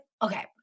Okay